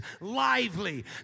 lively